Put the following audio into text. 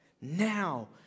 now